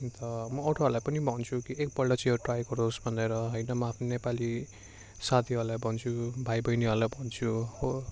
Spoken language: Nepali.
अन्त म अरूहरूलाई पनि भन्छु कि एकपल्ट चाहिँ यो ट्राई गरोस् भनेर होइन म आफ्नो नेपाली साथीहरूलाई भन्छु भाइबैनीहरूलाई भन्छु हो